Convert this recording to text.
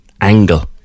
angle